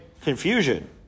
confusion